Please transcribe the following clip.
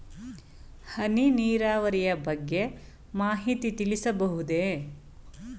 ಹನಿ ನೀರಾವರಿಯ ಬಗ್ಗೆ ಮಾಹಿತಿ ತಿಳಿಸಬಹುದೇ?